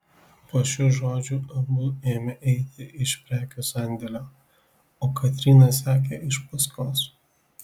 po šių žodžių abu ėmė eiti iš prekių sandėlio o katryna sekė iš paskos